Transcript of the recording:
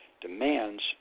demands